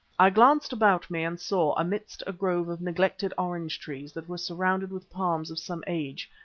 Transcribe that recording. i glanced about me and saw, amidst a grove of neglected orange trees that were surrounded with palms of some age,